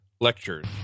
Lectures